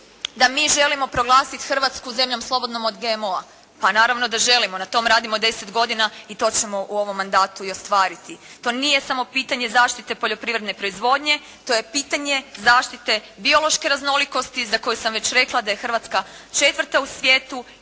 da mi želimo proglasiti Hrvatsku zemljom slobodnom od GMO-a. Pa naravno da želimo. Na tome radimo 10 godina i to ćemo u ovom mandatu i ostvariti. To nije samo pitanje zaštite poljoprivredne proizvodnje, to je pitanje zaštite biološke raznolikosti za koju sam već rekla da je Hrvatska četvrta u svijetu i koja može biti